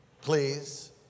please